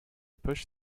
push